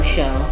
Show